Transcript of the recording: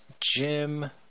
Jim